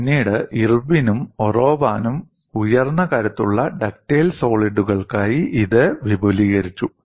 പിന്നീട് ഇർവിനും ഒറോവാനും ഉയർന്ന കരുത്തുള്ള ഡക്റ്റൈൽ സോളിഡുകൾക്കായി ഇത് വിപുലീകരിച്ചു